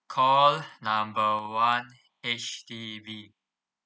call number one H_D_B